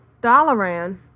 Dalaran